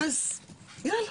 אז יאללה.